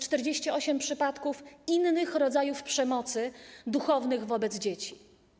48 przypadków innych rodzajów przemocy duchownych wobec dzieci.